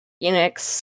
Phoenix